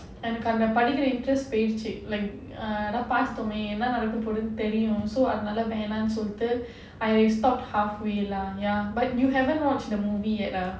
எனக்கு அந்த படிக்கிற:enakku antha padikkira interest eh போயிருச்சு அதா பார்த்துட்டோமே அதா என்ன நடக்கபோகுதுனு:poiyiruchu adha parthuottomae adha enna nadakapoguthunu I stopped halfway lah ya but you haven't watched the movie yet ah